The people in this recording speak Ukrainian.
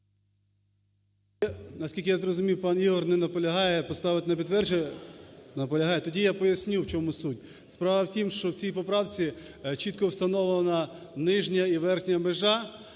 Наскільки я зрозумів, пан Ігор не наполягає поставити на підтвердження. Наполягає? Тоді я поясню, в чому суть. Справа в тім, що в цій поправці чітко встановлена нижня і верхня межа,